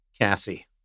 Cassie